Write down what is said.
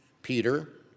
Peter